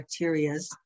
bacterias